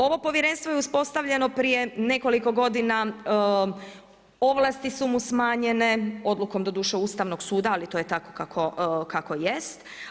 Ovo povjerenstvo je uspostavljeno prije nekoliko godina, ovlasti su mu smanjene odlukom doduše Ustavnog suda, ali to je tako kako jest.